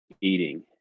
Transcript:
eating